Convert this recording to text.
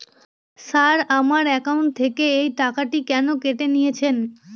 Sir আমার account থেকে এই টাকাটি কেন কেটে নিয়েছেন?